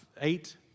eight